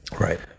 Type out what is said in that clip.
right